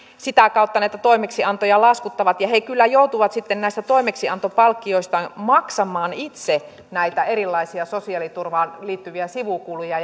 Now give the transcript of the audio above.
sitä kautta näitä toimeksiantoja laskuttavat he kyllä joutuvat sitten näistä toimeksiantopalkkioistaan maksamaan itse näitä erilaisia sosiaaliturvaan liittyviä sivukuluja